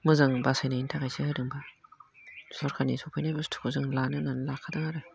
मोजां बासायनायनि थाखायसो होदों सरखारनि सफैनाय बुस्थुखौ जों लानो होननानै लाखादों आरो